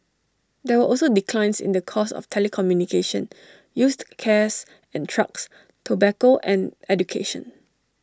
there were also declines in the cost of telecommunication used cares and trucks tobacco and education